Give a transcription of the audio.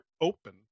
open